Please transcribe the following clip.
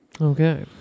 Okay